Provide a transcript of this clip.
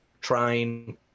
trying